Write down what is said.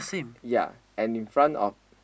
yea and in front of